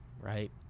right